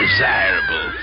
Desirable